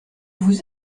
vous